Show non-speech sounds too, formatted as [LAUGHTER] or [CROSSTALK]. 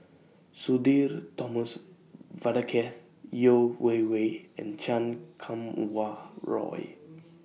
Sudhir Thomas [NOISE] Vadaketh Yeo Wei Wei and Chan Kum Wah Roy